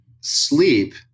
sleep